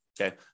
okay